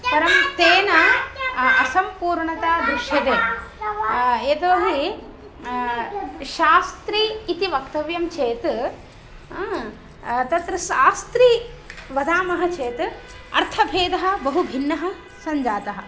परं तेन असम्पूर्णता दृश्यते यतो हि शास्त्री इति वक्तव्यं चेत् तत्र शास्त्री वदामः चेत् अर्थभेदः बहु भिन्नः सञ्जातः